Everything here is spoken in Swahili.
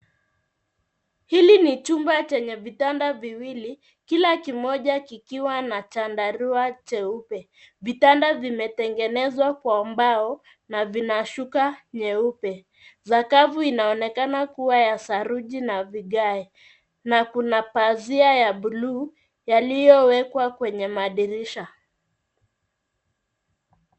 Hili ni chumba chenye vitanda viwili, kila kimoja kikiwa na chandarua cheupe. Vitanda vimetengenezwa kwa mbao na vina shuka nyeupe. Sakafu inaonekana kuwa ya saruji na vigae, na kuna pazia ya buluu yaliyowekwa kwenye madirisha.